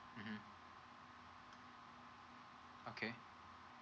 mmhmm okay